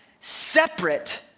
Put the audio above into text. separate